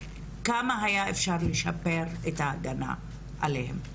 כמה היה אפשר לשפר את ההגנה עליהם.